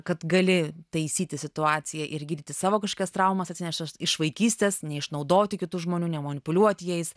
kad gali taisyti situaciją ir gydyti savo kažkas traumas atsineša iš vaikystės neišnaudoti kitų žmonių nemanipuliuoti jais